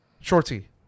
Shorty